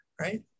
right